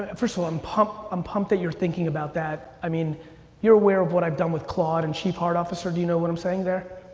and first of all, i'm pumped um pumped that you're thinking about that. i mean you're aware of what i've done with claude and chief heart officer. do you know what i'm saying there?